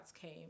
came